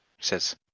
says